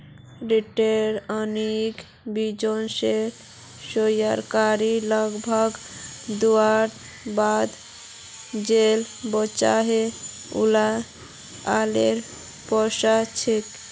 retained earning बिज्नेसेर शेयरधारकोक लाभांस दुआर बाद जेला बचोहो उला आएर पैसा छे